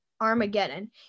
Armageddon